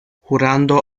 jurando